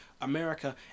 America